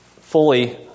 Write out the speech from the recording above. fully